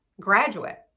graduate